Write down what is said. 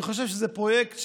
אני חושב שזה פרויקט,